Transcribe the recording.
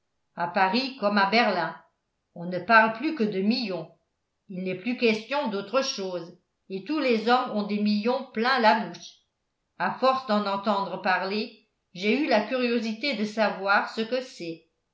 à paris comme à berlin on ne parle plus que de millions il n'est plus question d'autre chose et tous les hommes ont des millions plein la bouche à force d'en entendre parler j'ai eu la curiosité de savoir ce que c'est